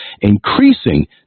increasing